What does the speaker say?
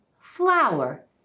flower